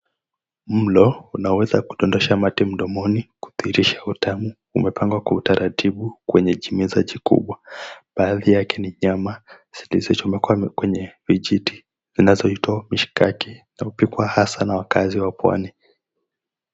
Mlo unaoweza kudondosha mate mdomoni kudhihirisha utamu umepangwa kwa utaratibu kwenye kimeza kikubwa baadhi yake ni nyama zilizochomekwa kwenye vijiti zinazoitwa mishikaki na hupikwa hasa na wakaazi wa pwani.